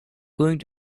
going